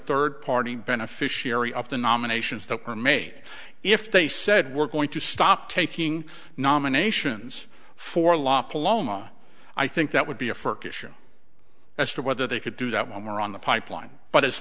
third party beneficiary of the nominations that are made if they said we're going to stop taking nominations for la paloma i think that would be a first issue as to whether they could do that when we're on the pipeline but as